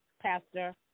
Pastor